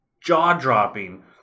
jaw-dropping